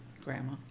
Grandma